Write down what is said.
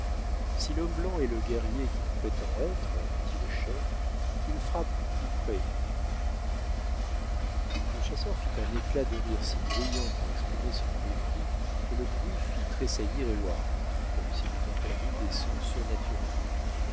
si l'homme blanc est le guerrier qu'il prétend être dit le chef qu'il frappe plus près du but le chasseur fit un éclat de rire si bruyant pour exprimer son mépris que le bruit fit tressaillir heyward comme s'il eût entendu des sons surnaturels